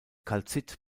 kalzit